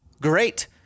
great